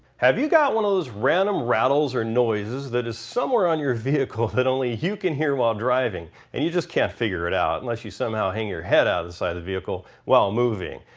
have you got one of those random rattles or noises that is somewhere on your vehicle that only you can hear while driving and you just can't figure out unless you somehow hang your head outside the vehicle while moving?